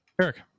Eric